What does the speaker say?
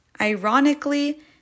Ironically